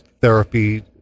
therapy